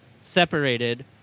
separated